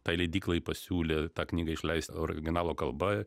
tai leidyklai pasiūlė tą knygą išleist originalo kalba